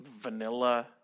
vanilla